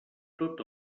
tot